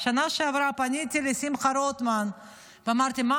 בשנה שעברה פניתי לשמחה רוטמן ואמרתי: מה